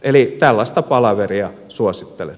eli tällaista palaveria suosittelen